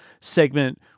segment